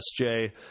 SJ